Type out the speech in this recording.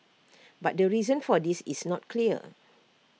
but the reason for this is not clear